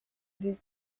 des